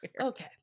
Okay